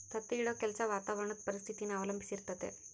ತತ್ತಿ ಇಡೋ ಕೆಲ್ಸ ವಾತಾವರಣುದ್ ಪರಿಸ್ಥಿತಿನ ಅವಲಂಬಿಸಿರ್ತತೆ